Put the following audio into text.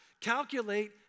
Calculate